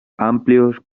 amplios